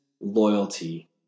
loyalty